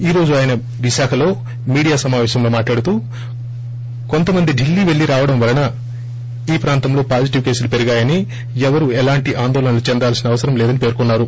ఈ రోజు ఆయన విశాఖలో మీడియా సమాపశంలో మాట్లాడుతూ కొంత మంది ఢిల్లీ పెళ్ళిరావడం వలన ఈ ప్రాంతంలో పాజిటివ్ కేసులు పెరిగాయని ఎవరు ఎలాంటి ఆందోళనలు చెందాల్సిన అవసరం లేదని పేర్కొన్నారు